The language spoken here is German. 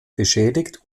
beschädigt